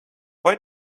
why